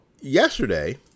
yesterday